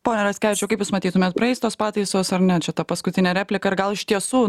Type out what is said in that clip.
pone raskevičiau kaip jūs matytumėt praeis tos pataisos ar ne čia ta paskutinė repliką ir gal iš tiesų